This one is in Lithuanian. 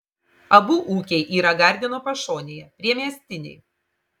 abu ūkiai yra gardino pašonėje priemiestiniai